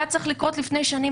הוא היה צריך לקרות לפני שנים,